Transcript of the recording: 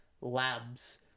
labs